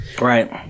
Right